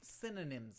synonyms